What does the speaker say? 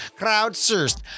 Crowdsourced